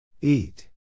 Eat